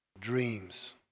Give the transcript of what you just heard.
Dreams